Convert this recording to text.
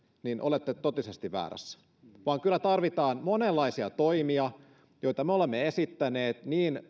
niin olette totisesti väärässä kyllä tarvitaan monenlaisia toimia joita me olemme esittäneet